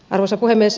arvoisa puhemies